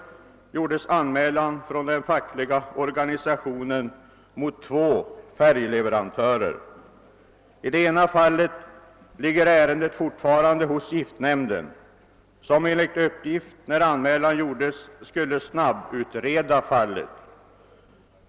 I början av detta år gjorde den fackliga organisationen i fråga en anmälan mot två färgleverantörer. I det ena fallet ligger ärendet fortfarande hos giftnämnden, vilken enligt uppgift som lämnades i samband med inlämnandet av denna anmälan, skulle snabbutreda fallet.